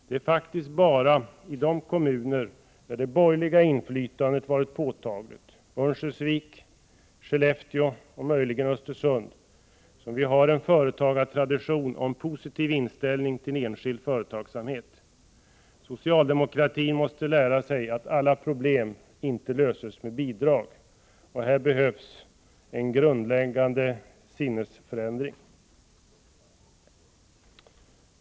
Det är faktiskt bara i de kommuner där det borgerliga inflytandet har varit påtagligt — Örnsköldsvik, Skellefteå och möjligen Östersund — som vi har en företagartradition och en positiv inställning till enskild företagsamhet. Socialdemokratin måste lära sig att alla problem inte löses med bidrag. Här behövs en grundläggande sinnesförändring!